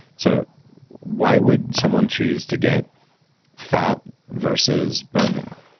so why would someone choose to get fat verses bone marrow?